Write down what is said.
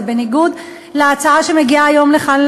וזה בניגוד להצעה שמגיעה היום לכאן,